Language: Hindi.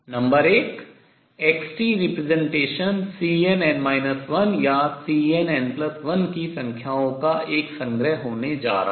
नंबर 1 x representation Cnn 1 या Cnn1 की संख्याओं का एक संग्रह होने जा रहा है